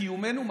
לקיומנו,